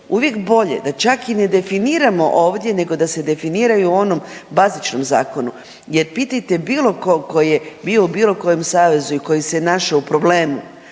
uvijek bolje da čak i ne definiramo ovdje nego da se definiraju u onom bazičnom zakonu jer pitajte bilo kog koji je bio u bilo kojem savezu i koji se je našao u problemu,